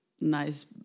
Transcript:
nice